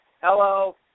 Hello